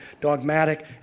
dogmatic